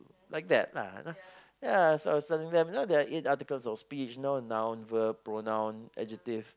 like that lah ya so I was telling them you know there are eight articles of speech you know noun verb pronoun adjective